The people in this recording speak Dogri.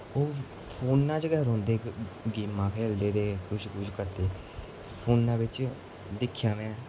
ओह् फोना च गै रौंह्दे गेमां खेलदे ते कुछ कुछ करदे फोनै बिच्च दिक्खेआ में